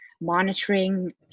monitoring